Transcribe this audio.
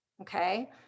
Okay